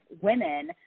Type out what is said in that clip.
women